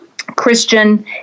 Christian